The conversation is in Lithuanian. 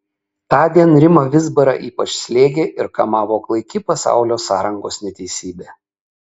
tądien rimą vizbarą ypač slėgė ir kamavo klaiki pasaulio sąrangos neteisybė